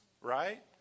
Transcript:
right